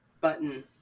button